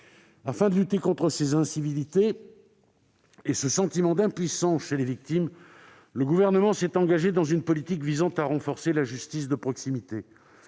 Afin de lutter contre ces incivilités et ce sentiment d'impuissance chez les victimes, le Gouvernement s'est engagé dans une politique visant à renforcer la justice de proximité.